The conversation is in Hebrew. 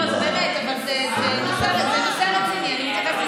בשעה כזו